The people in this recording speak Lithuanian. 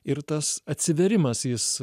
ir tas atsivėrimas jis